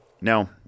Now